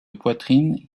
poitrine